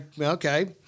okay